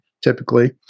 typically